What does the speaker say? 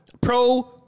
pro-